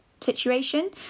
situation